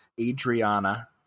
Adriana